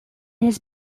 his